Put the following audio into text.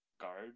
guard